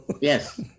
Yes